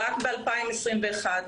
רק ב-2021.